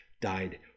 died